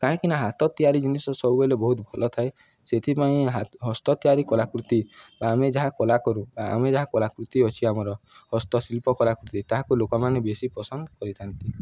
କାହିଁକି ନା ହାତ ତିଆରି ଜିନିଷ ସବୁବେଲେ ବହୁତ ଭଲ ଥାଏ ସେଥିପାଇଁ ହସ୍ତ ତିଆରି କଲାକୃତି ଆମେ ଯାହା କଲାକୁ ବା ଆମେ ଯାହା କଲାକୃତି ଅଛି ଆମର ହସ୍ତଶିଳ୍ପ କଲାକୃତି ତାହାକୁ ଲୋକମାନେ ବେଶୀ ପସନ୍ଦ କରିଥାନ୍ତି